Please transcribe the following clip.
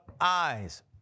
eyes